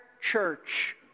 church